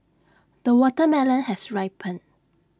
the watermelon has ripened